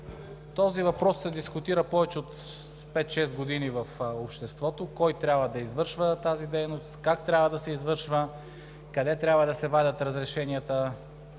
Този въпрос се дискутира повече от пет-шест години в обществото: кой трябва да извършва тази дейност, как трябва да се извършва, къде трябва да се вадят разрешенията,